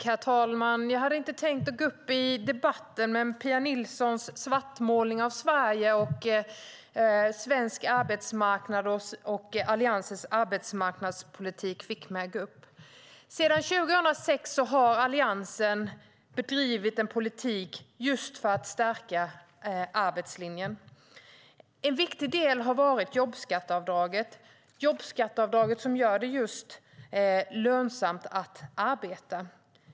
Herr talman! Jag hade inte tänkt gå upp i debatten, men Pia Nilssons svartmålning av Sverige, svensk arbetsmarknad och Alliansens arbetsmarknadspolitik fick mig att gå upp. Sedan 2006 har Alliansen bedrivit en politik för att stärka arbetslinjen. En viktig del har varit jobbskatteavdraget, som gör det lönsamt att arbeta.